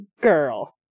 girl